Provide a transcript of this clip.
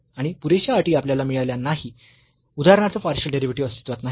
आणि पुरेशा अटी आपल्याला मिळाल्या नाही उदाहरणार्थ पार्शियल डेरिव्हेटिव्ह अस्तित्वात नाही